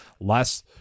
less